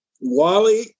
Wally